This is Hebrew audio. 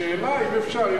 השאלה אם אפשר.